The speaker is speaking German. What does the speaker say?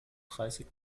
dreißig